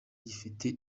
gifite